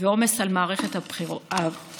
ולעומס על מערכת הבריאות.